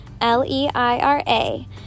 L-E-I-R-A